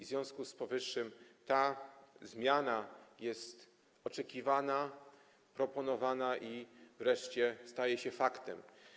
W związku z powyższym ta zmiana jest oczekiwana, proponowana i wreszcie staje się faktem.